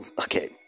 okay